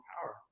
power